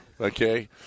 Okay